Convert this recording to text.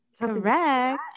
Correct